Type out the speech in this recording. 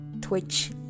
Twitch